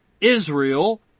Israel